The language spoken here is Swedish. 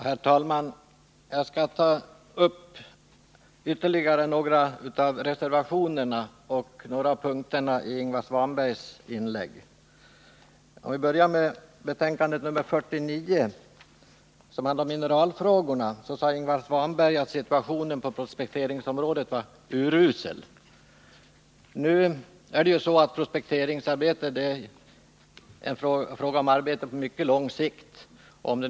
Herr talman! Jag skall beröra ytterligare några reservationer och en del av de punkter som Ingvar Svanberg tog upp i sitt anförande. Beträffande näringsutskottets betänkande nr 49, som handlar om mineralfrågorna, sade Ingvar Svanberg att situationen på prospekteringsområdet var urusel. Nu är prospekteringsarbete något som sker på mycket lång sikt.